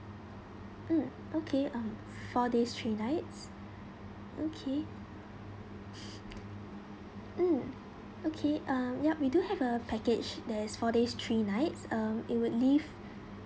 mm okay um four days three nights okay mm okay uh ya we do have a package that is four days three nights um it would leave